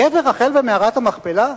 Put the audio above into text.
קבר רחל ומערת המכפלה?